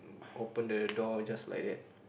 open the door just like that